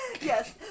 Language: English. Yes